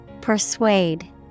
Persuade